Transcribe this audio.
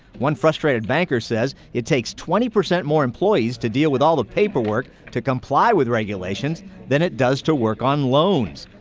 one frustrated banker says it takes twenty percent more employees to deal with all the paperwork to comply with regulations than it does to work on loans.